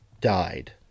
died